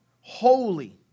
holy